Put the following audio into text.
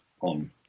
on